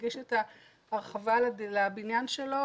שהגיש את ההרחבה לבניין שלו,